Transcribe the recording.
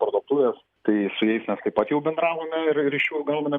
parduotuvės tai su jais mes taip pat jau bendravome ir ir iš jų gauname